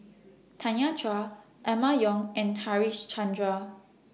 Tanya Chua Emma Yong and Harichandra